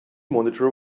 monitor